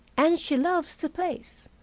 and she loves the place.